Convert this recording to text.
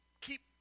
keep